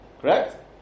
Correct